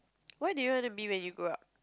what do you wanna be when you grow up